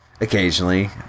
occasionally